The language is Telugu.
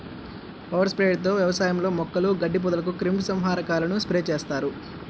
పవర్ స్ప్రేయర్ తో వ్యవసాయంలో మొక్కలు, గడ్డి, పొదలకు క్రిమి సంహారకాలను స్ప్రే చేస్తారు